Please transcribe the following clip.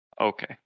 okay